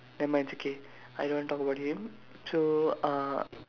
nevermind it's okay I don't want to talk about him so uh